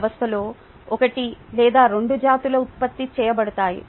వ్యవస్థలో ఒకటి లేదా రెండు జాతులు ఉత్పత్తి చేయబడతాయి